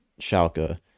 Schalke